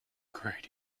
great